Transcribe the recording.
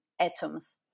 atoms